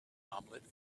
omelette